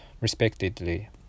respectively